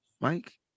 Mike